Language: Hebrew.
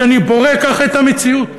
שאני בורא כך את המציאות.